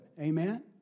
Amen